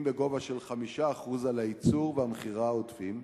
בגובה של 5% על הייצור והמכירה העודפים,